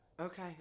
Okay